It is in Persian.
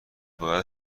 باید